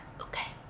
Okay